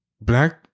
black